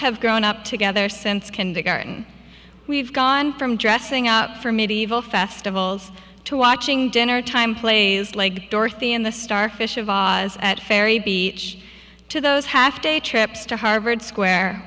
have grown up together since kindergarten we've gone from dressing up for medieval festivals to watching dinnertime plays like dorothy in the starfish of oz at fairy be to those half day trips to harvard square